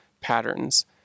patterns